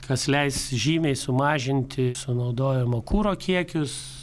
kas leis žymiai sumažinti sunaudojamo kuro kiekius